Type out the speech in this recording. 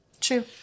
true